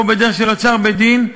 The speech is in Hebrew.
או בדרך של אוצר בית-דין.